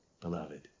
beloved